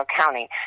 County